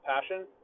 passion